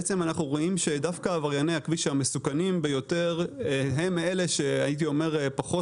אנחנו רואים שדווקא עברייני הכביש המסוכנים ביותר הם אלה שפחות